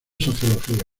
sociología